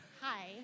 hi